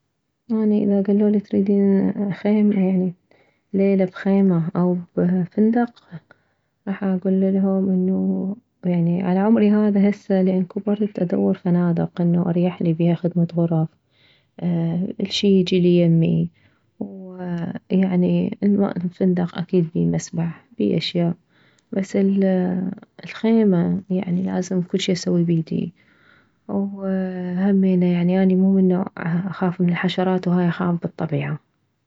اني اذا كلولي تريدين خيمة وليلة بخيمة او بفندق راح اكللهم انه يعني على عمري هذا هسه لان كبرت ادور فنادق انه اريحلي بيها خدمة غرف الشي يجي ليمي ويعني الفندق اكيد بيه مسبح بيه اشياء بس الخيمة لازم كلشي اسوي بيدي وهمينه يعني اني مو من نوع اخاف من الحشرات وهاي اخاف بالطبيعة